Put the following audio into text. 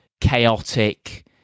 chaotic